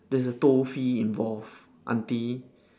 there's a toll fee involved aunty